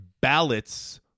ballots